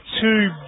two